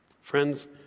Friends